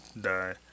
die